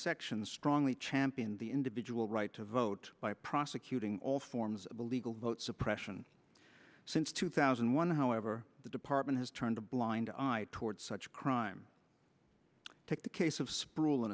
sections strongly championed the individual right to vote by prosecuting all forms of illegal vote suppression since two thousand and one however the department has turned a blind eye toward such crime take the case of spr